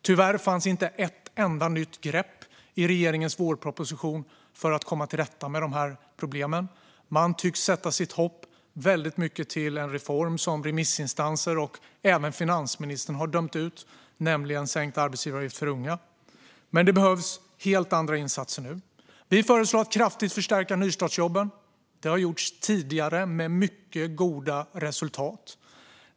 Tyvärr fanns i regeringens vårproposition inte ett enda nytt grepp för att komma till rätta med dessa problem. Man tycks väldigt mycket sätta sitt hopp till en reform som remissinstanser och även finansministern har dömt ut, nämligen sänkt arbetsgivaravgift för unga. Men det behövs helt andra insatser nu. Vi föreslår en kraftig förstärkning av nystartsjobben. Detta har gjorts tidigare med mycket goda resultat.